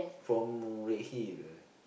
from Redhill